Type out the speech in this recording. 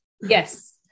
Yes